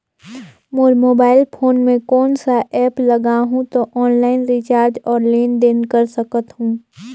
मोर mobile phone मे कोन सा एप्प लगा हूं तो ऑनलाइन रिचार्ज और लेन देन कर सकत हू?